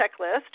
checklist